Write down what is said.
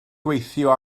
gweithio